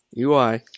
UI